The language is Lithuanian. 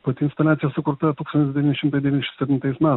pati instaliacija sukurta tūkstantis devyni šimtai devyniasdešim septintais